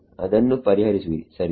ಅದನ್ನು ಪರಿಹರಿಸುವಿರಿ ಸರಿಯೇ